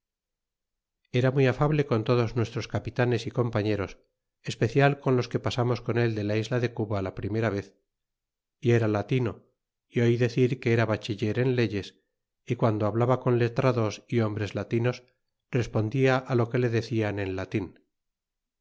era muy afable con todos nuestros capitanes y compañeros especial con los que pasarnos con él de la isla de cuba la primera vez y era latino y oí decir que era bachi ler en leyes y guando hablaba con letrados y hombres latinos respondia á o que le decian en latín